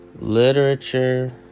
literature